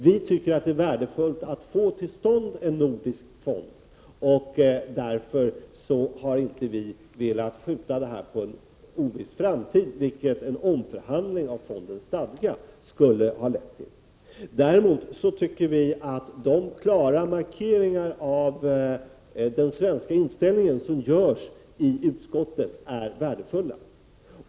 Vi tycker att det är värdefullt att få till stånd en nordisk fond, och därför har inte vi velat skjuta detta på en oviss framtid, vilket en omförhandling av fondens stadga skulle ha lett till. Däremot tycker vi att de klara markeringar av den svenska inställningen som görs i utskottet är värdefulla.